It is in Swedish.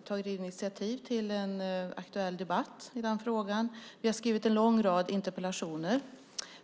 tagit initiativ till en aktuell debatt om denna, och vi har skrivit en lång rad interpellationer.